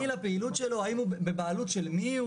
נכון, תמהיל הפעילות שלו, בבעלות של מי הוא.